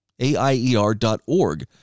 AIER.org